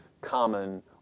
common